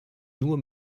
nur